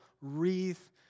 wreath